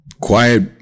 quiet